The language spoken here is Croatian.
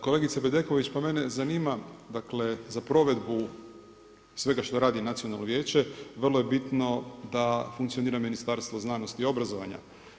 Kolegice Bedeković, pa mene zanima, za provedbu svega što radi Nacionalno vijeće, vrlo je bitno da funkcionira Ministarstvo znanosti i obrazovanja.